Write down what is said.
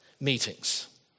meetings